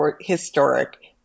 historic